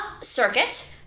Circuit